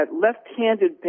left-handed